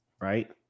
right